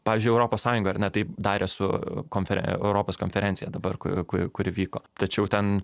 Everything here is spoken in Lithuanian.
pavyzdžiui europos sąjunga ar ne taip darė su konfe europos konferencija dabar ku ku kur įvyko tačiau ten